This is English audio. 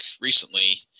recently